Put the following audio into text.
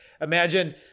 Imagine